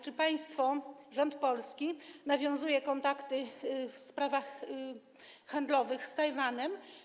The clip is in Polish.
Czy państwo, rząd polski, nawiązuje kontakty w sprawach handlowych z Tajwanem?